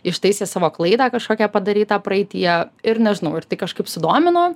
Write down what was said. ištaisė savo klaidą kažkokią padarytą praeityje ir nežinau ir tai kažkaip sudomino